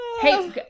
Hey